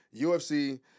UFC